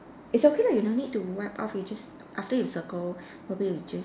it's okay lah you no need to wipe off you just after you circle maybe you just